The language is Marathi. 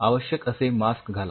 आवश्यक असे मास्क घाला